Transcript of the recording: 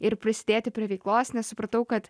ir prisidėti prie veiklos nes supratau kad